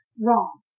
wrong